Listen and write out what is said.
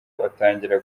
batangira